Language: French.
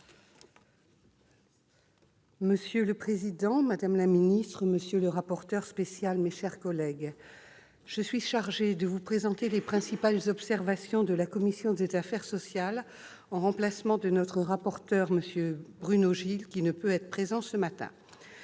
Monsieur le président, madame la secrétaire d'État, monsieur le rapporteur spécial, mes chers collègues, je suis chargée de vous présenter les principales observations de la commission des affaires sociales en remplacement de notre rapporteur pour avis Bruno Gilles, qui ne peut être présent ce matin.